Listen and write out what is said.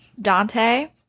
Dante –